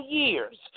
years